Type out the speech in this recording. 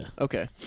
Okay